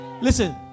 Listen